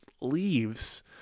leaves